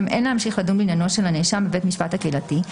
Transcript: אין להמשיך לדון בעניינו של הנאשם בבית המשפט הקהילתי,